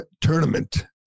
tournament